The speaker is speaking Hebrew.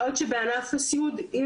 כלומר קשה לראות את זה שם.